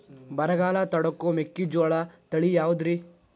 ಬರಗಾಲ ತಡಕೋ ಮೆಕ್ಕಿಜೋಳ ತಳಿಯಾವುದ್ರೇ?